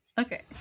Okay